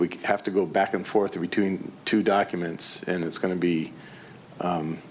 we have to go back and forth between two documents and it's going to be cum